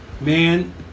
Man